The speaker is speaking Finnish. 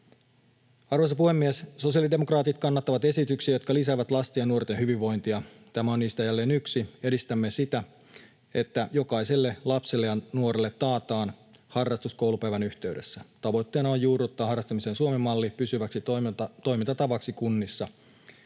Arvoisa puhemies! Sosiaalidemokraatit kannattavat esityksiä, jotka lisäävät lasten ja nuorten hyvinvointia. Tämä on niistä jälleen yksi. Edistämme sitä, että jokaiselle lapselle ja nuorelle taataan harrastus koulupäivän yhteydessä. Tavoitteena on juurruttaa harrastamisen Suomen malli pysyväksi toimintatavaksi kunnissa.